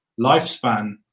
lifespan